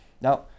Now